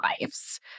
lives